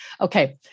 Okay